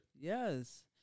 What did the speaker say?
Yes